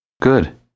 Good